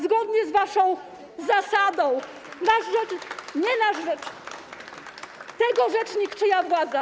Zgodnie z waszą zasadą: nasz rzecznik, nie nasz rzecznik, tego rzecznik, czyja władza.